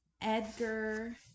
Edgar